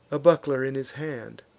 a buckler in his hand